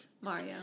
Mario